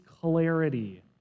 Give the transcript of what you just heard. clarity